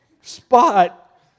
spot